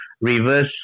reverse